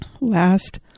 last